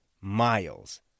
miles